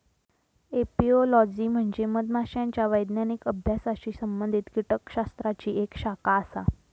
apiology म्हणजे मधमाशांच्या वैज्ञानिक अभ्यासाशी संबंधित कीटकशास्त्राची एक शाखा आसा